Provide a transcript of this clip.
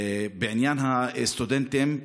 בעניין הסטודנטים,